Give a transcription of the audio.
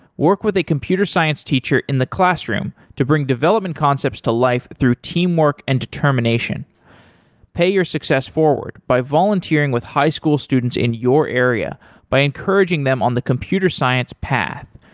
work with a computer science teacher in the classroom to bring development concepts to life through teamwork and determination pay your success forward by volunteering with high school students in your area by encouraging them on the computer science path.